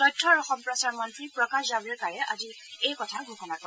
তথ্য আৰু সম্প্ৰচাৰ মন্ত্ৰী প্ৰকাশ জাভড়েকাৰে আজি এই কথা ঘোষণা কৰে